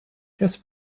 just